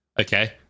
okay